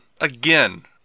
again